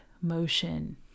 motion